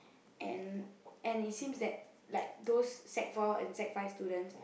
and and it seems that like those sec-four and sec-five students